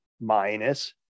minus